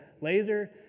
laser